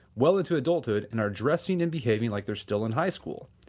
well into adulthood and are dressing and behaving like they are still in high school.